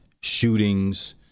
shootings